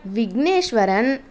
Vigneshwaran